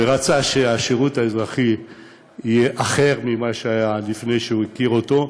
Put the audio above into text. ורצה שהשירות האזרחי יהיה אחר ממה שהיה לפני שהוא הכיר אותו,